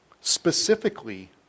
specifically